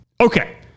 Okay